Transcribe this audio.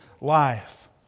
life